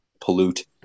pollute